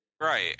Right